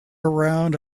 around